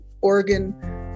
Oregon